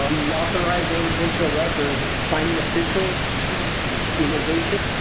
the authorized organizational rep for signing official in